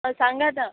हो सांगा आता